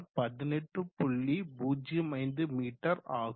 05 மீ ஆகும்